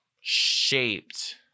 shaped